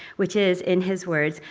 which is, in his words,